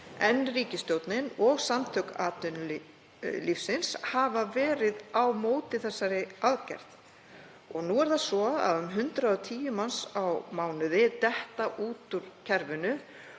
en ríkisstjórnin og Samtök atvinnulífsins hafa verið á móti þeirri aðgerð. Nú er það svo að um 110 manns á mánuði detta út úr kerfinu